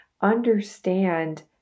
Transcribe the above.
understand